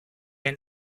and